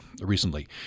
recently